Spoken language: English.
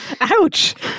Ouch